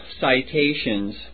citations